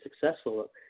successful